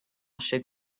should